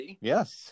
Yes